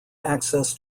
access